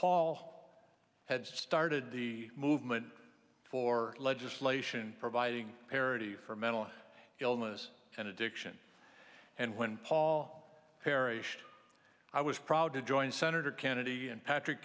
paul had started the movement for legislation providing parity for mental illness and addiction and when paul perished i was proud to join senator kennedy and patrick